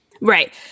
Right